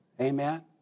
Amen